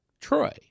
Troy